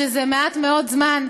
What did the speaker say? שזה מעט מאוד זמן,